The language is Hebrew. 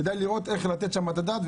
כדאי לראות איך לתת שם את הדעת,